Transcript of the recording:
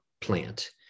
plant